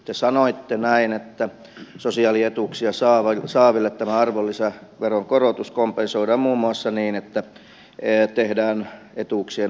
te sanoitte näin että sosiaalietuuksia saaville tämä arvonlisäveron korotus kompensoidaan muun muassa niin että tehdään etuuksien aikaistettu indeksikorotus